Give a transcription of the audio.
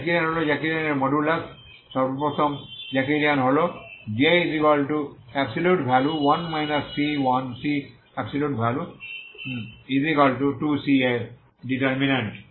Jacobian হল জ্যাকোবিয়ানের modulus সর্বপ্রথম জ্যাকোবিয়ান হল J1 c 1 c 2c এর ডিটার্মিন্যান্ট